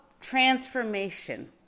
transformation